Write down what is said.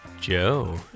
Joe